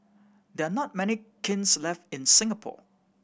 there are not many kilns left in Singapore